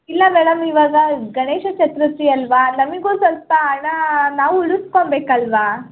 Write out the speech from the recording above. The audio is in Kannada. ಇಲ್ಲ ಮೇಡಮ್ ಇವಾಗ ಗಣೇಶ ಚತುರ್ಥಿ ಅಲ್ವ ನಮಗೂ ಸ್ವಲ್ಪ ಹಣ ನಾವು ಉಳಿಸ್ಕೊಳ್ಬೇಕಲ್ವ